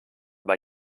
bei